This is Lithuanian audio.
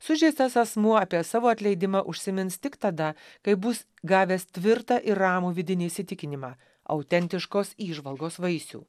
sužeistas asmuo apie savo atleidimą užsimins tik tada kai bus gavęs tvirtą ir ramų vidinį įsitikinimą autentiškos įžvalgos vaisių